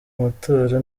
matora